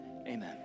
Amen